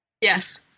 yes